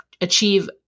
achieve